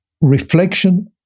reflection